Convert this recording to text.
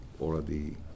already